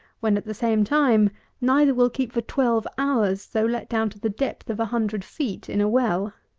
when at the same time neither will keep for twelve hours, though let down to the depth of a hundred feet in a well.